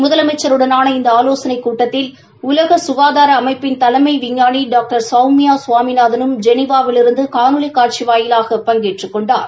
முதலமைச்சருடனான இந்த ஆலோசனைக் கூட்டத்தில் உலக சுகாதார அமைப்பின் தலைமை விஞ்ஞானி டாக்டர் சௌமியா சுவாமிநாதனும் ஜெனிவாவிலிருந்து காணொலி காட்சி வாயிலாக பங்கேற்றுக் கொண்டார்